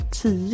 10